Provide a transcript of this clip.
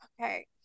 okay